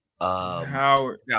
Howard